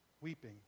Weeping